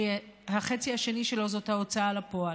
שהחצי השני שלו זה ההוצאה לפועל.